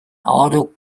auto